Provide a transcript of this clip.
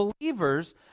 believers